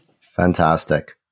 Fantastic